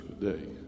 today